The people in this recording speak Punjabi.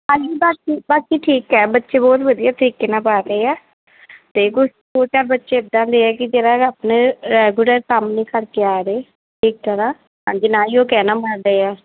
ਹਾਂਜੀ ਬਾਕੀ ਬਾਕੀ ਠੀਕ ਹੈ ਬੱਚੇ ਬਹੁਤ ਵਧੀਆ ਤਰੀਕੇ ਨਾਲ ਪੜ੍ਹ ਰਹੇ ਹੈ ਅਤੇ ਕੁਛ ਦੋ ਚਾਰ ਬੱਚੇ ਇੱਦਾਂ ਦੇ ਹੈ ਕਿ ਜਿਹੜਾ ਆਪਣਾ ਰੈਗੂਲਰ ਕੰਮ ਨਹੀਂ ਕਰਕੇ ਆ ਰਹੇ ਠੀਕ ਤਰ੍ਹਾਂ ਹਾਂਜੀ ਨਾ ਹੀ ਉਹ ਕਹਿਣਾ ਮੰਨ ਰਹੇ ਹੈ